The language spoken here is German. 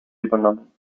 übernommen